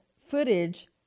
footage